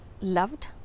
loved